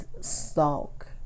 stalk